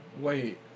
Wait